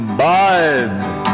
buds